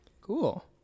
cool